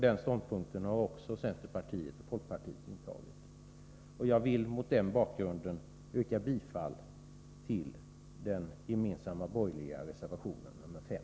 Den ståndpunkten har också centerpartiet och folkpartiet intagit. Jag vill mot denna bakgrund yrka bifall till den gemensamma borgerliga reservationen nr 5.